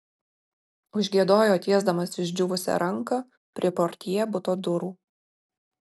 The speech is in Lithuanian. užgiedojo tiesdamas išdžiūvusią ranką prie portjė buto durų